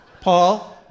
Paul